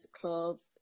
clubs